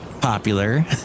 popular